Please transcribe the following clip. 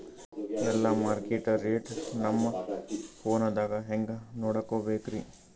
ಎಲ್ಲಾ market rate ನಮ್ ಫೋನದಾಗ ಹೆಂಗ ನೋಡಕೋಬೇಕ್ರಿ?